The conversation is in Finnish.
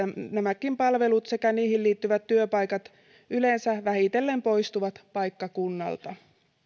nämäkin palvelut sekä niihin liittyvät työpaikat yleensä vähitellen poistuvat paikkakunnalta